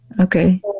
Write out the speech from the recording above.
Okay